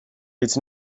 its